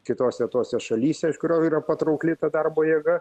kitose tose šalyse iš kurių yra patraukli darbo jėga